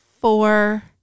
four